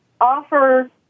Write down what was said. offer